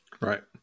Right